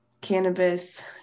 cannabis